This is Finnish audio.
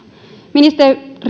ministeri